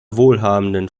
wohlhabenden